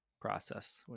process